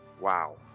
Wow